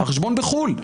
החשבון בחו"ל.